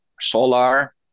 solar